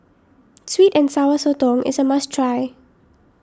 Sweet and Sour Sotong is a must try